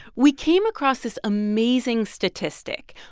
we came across this amazing statistic.